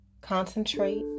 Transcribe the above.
Concentrate